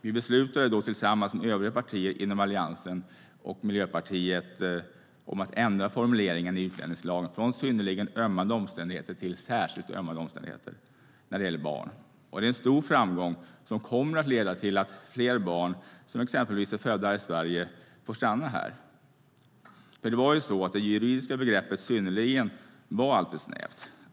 Vi beslutade då tillsammans med övriga partier inom Alliansen och Miljöpartiet att ändra formuleringen i utlänningslagen från "synnerligen ömmande omständigheter" till "särskilt ömmande omständigheter" när det gäller barn. Det är en stor framgång som kommer att leda till att fler barn, till exempel sådana som är födda i Sverige, får stanna här. Det juridiska begreppet "synnerligen" var alltför snävt.